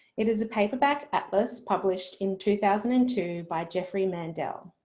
it is a paperback atlas published in two thousand and two by jeffrey mandel.